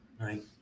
Right